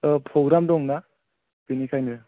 programme दंना बेनिखायनो